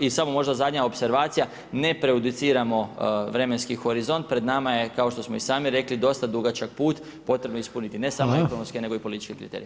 I samo možda zadnja opservacija neprejudiciramo vremenski horizont, pred nama je kao što smo i sami rekli dosta dugačak put, potrebno je ispuniti ne samo ekonomske nego i političke kriterije.